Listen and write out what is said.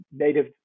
native